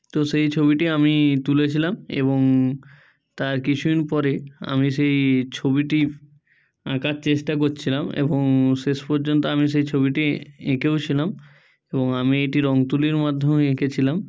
তো সেই ছবিটি আমি তুলেছিলাম এবং তার কিছু দিন পরে আমি সেই ছবিটি আঁকার চেষ্টা করছিলাম এবং শেষ পর্যন্ত আমি সেই ছবিটি এঁকেওছিলাম এবং আমি এটি রং তুলির মাধ্যমে এঁকেছিলাম